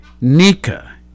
Nika